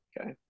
Okay